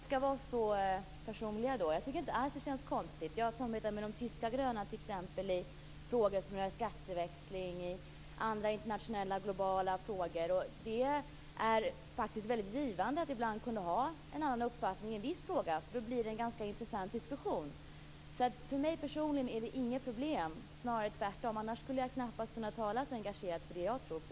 Fru talman! Så vi skall vara så personliga då. Jag tycker inte alls att det känns konstigt. Jag samarbetar med de tyska gröna t.ex. i frågor som rör skatteväxling och i andra internationella globala frågor, och det är faktiskt väldigt givande att ibland kunna ha en annan uppfattning i en viss fråga, för då blir det en intressant diskussion. Så för mig personligen är det inget problem, snarare tvärtom. Annars skulle jag knappast kunna tala så engagerat för det jag tror på.